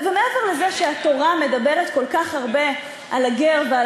מעבר לזה שהתורה מדברת כל כך הרבה על הגר ועל